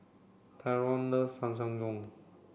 Tyron loves Samgeyopsal